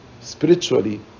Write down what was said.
spiritually